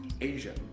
Asia